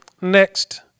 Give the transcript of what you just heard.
next